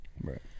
Right